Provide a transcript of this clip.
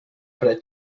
fred